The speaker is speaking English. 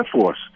force